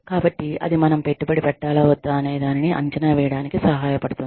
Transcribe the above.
కాబట్టి అది మనం పెట్టుబడి పెట్టాలా వద్దా అనేదానిని అంచనా వేయడానికి సహాయపడుతుంది